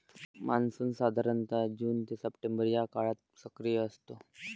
monsoon साधारणतः जून ते सप्टेंबर या काळात सक्रिय असतो